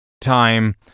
time